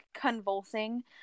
convulsing